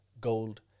gold